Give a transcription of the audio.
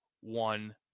one